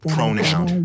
Pronoun